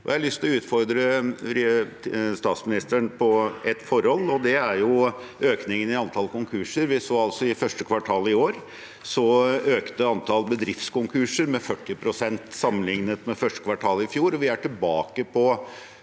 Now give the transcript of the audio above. til å utfordre statsministeren på ett forhold, og det er økningen i antall konkurser. I første kvartal i år så vi at antall bedriftskonkurser økte med 40 pst. sammenlignet med første kvartal i fjor. Vi er tilbake på